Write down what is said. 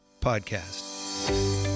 Podcast